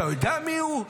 אתה יודע מי הוא?